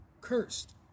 cursed